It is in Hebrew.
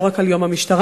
לא רק על יום המשטרה.